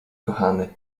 kochany